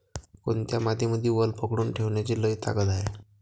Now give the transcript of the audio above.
कोनत्या मातीमंदी वल पकडून ठेवण्याची लई ताकद हाये?